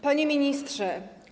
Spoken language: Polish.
Panie Ministrze!